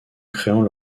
créant